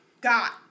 got